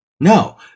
No